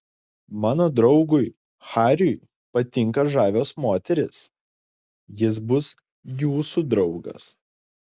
mano draugui hariui patinka žavios moterys jis bus jūsų draugas